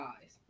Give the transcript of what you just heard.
eyes